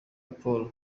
paul